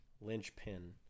linchpin